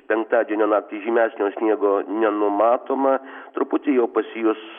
penktadienio naktį žymesnio sniego nenumatoma truputį jo pasijus